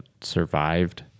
survived